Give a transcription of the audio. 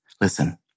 listen